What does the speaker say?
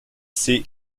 see